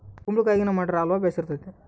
ಕುಂಬಳಕಾಯಗಿನ ಮಾಡಿರೊ ಅಲ್ವ ಬೆರ್ಸಿತತೆ